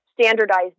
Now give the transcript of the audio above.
standardized